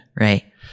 right